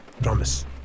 Promise